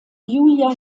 julia